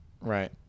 right